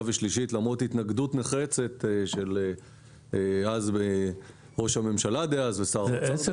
ושלישית למרות התנגדות נחרצת של ראש הממשלה דאז ושר האוצר